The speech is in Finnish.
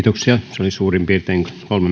se oli suurin piirtein